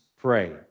pray